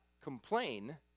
complain